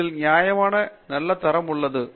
இதில் நியாயமான நல்ல தரம் உள்ளது